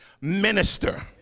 minister